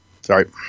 Sorry